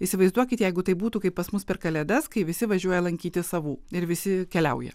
įsivaizduokit jeigu tai būtų kai pas mus per kalėdas kai visi važiuoja lankyti savų ir visi keliauja